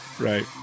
right